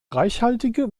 reichhaltige